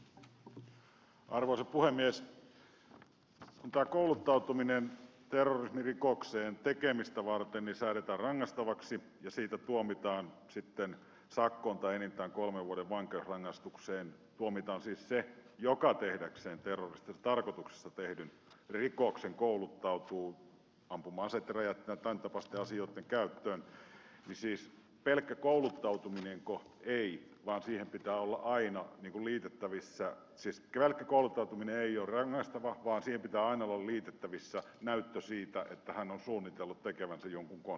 kun tämä kouluttautuminen terrorismirikoksen tekemistä varten säädetään rangaistavaksi ja siitä tuomitaan sitten sakkoon tai enintään kolmen vuoden vankeusrangaistukseen tuomitaan siis se joka tehdäkseen terroristisessa tarkoituksessa tehdyn rikoksen kouluttautuu ampuma aseitten räjähteiden ja tämäntapaisten asioitten käyttöön niin siis pelkkä kouluttautuminenko ei ole rangaistavaa vaan siihen pitää aina tulitettavissa siis nälkä kouluttautuminen ei ole rangaistavaa vaan olla liitettävissä näyttö siitä että hän on suunnitellut tekevänsä jonkun o